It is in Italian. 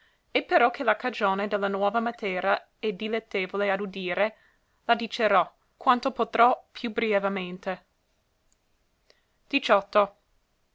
passata e però che la cagione de la nuova matera è dilettevole a udire la dicerò quanto potrò più brievemente